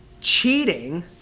cheating